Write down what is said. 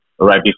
right